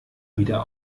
wieder